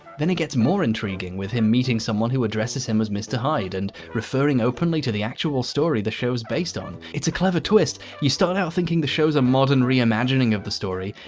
then he gets more intriguing with him meeting someone who addresses him as mr. hyde and referring openly to the actual story the show's based on. it's a clever twist. you started out thinking the show's a modern reimagining of the story,